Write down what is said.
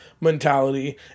mentality